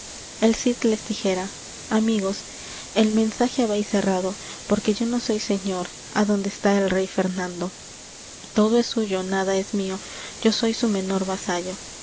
el cid les dijera amigos el mensaje habéis errado porque yo no soy señor adonde está el rey fernando todo es suyo nada es mío yo soy su menor vasallo